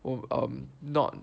oh um not